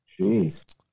Jeez